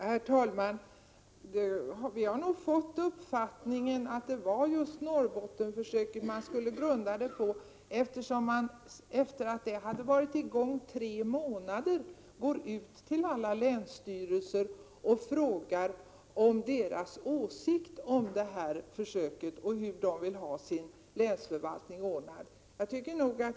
Herr talman! Vi har nog fått uppfattningen att det var just Norrbottensför 26 november 1987 söket som förslaget skulle grundas på, eftersom regeringen efter det att detta — Tru. tamaomrmolee försök pågått bara tre månader frågar länsstyrelserna om deras åsikt om försöket och hur de vill ha sin länsförvaltning ordnad.